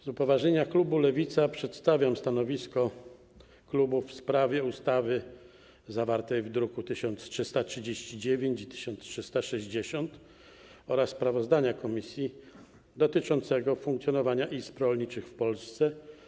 Z upoważnienia klubu Lewica przedstawiam stanowisko klubu w sprawie ustawy zawartej w drukach nr 1339 i nr 1360 oraz sprawozdanie komisji dotyczące funkcjonowania izb rolniczych w Polsce.